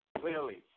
clearly